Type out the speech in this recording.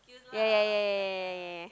yeah yeah yeah yeah yeah yeah yeah yeah yeah